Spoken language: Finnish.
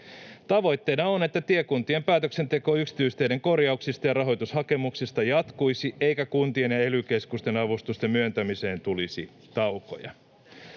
Tavoitteena on, että tiekuntien päätöksenteko yksityisteiden korjauksista ja rahoitushakemuksista jatkuisi eikä kuntien ja ely-keskusten avustusten myöntämiseen tulisi taukoja.